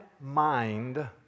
mind